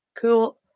Cool